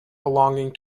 belonging